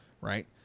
Right